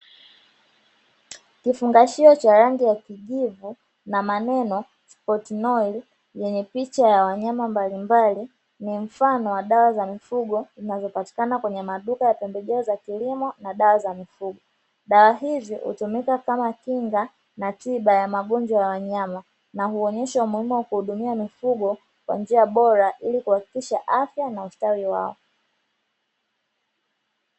Kifungashio cha rangi ya kijivu na maneno "Spotinor" yenye picha ya wanyama mbalimbali, ni mfano wa dawa za mifugo zinazopatikana kwenye maduka ya pembejeo za kilimo na dawa za mifugo. Dawa hizi hutumika kama kinga na tiba ya magonjwa ya wanyama na huonyesha umuhimu wa kuhudumia mifugo kwa njia bora ili kuhakikisha afya na ustawi wao.